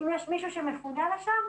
אם יש מישהו שמפונה לשם,